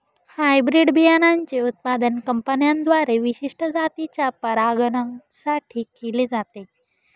hybrid बियाणांचे उत्पादन कंपन्यांद्वारे विशिष्ट जातीच्या परागकणां साठी केले जाते